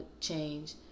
change